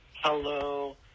Hello